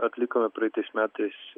atlikome praeitais metais